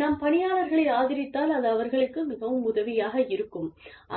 நாம் பணியாளர்களை ஆதரித்தால் அது அவர்களுக்கு மிகவும் உதவியாக இருக்கும்